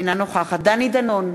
אינה נוכחת דני דנון,